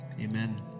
Amen